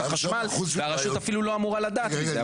החשמל והרשות אפילו לא אמורה לדעת את זה,